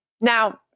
Now